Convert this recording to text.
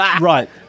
right